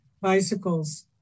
bicycles